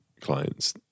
clients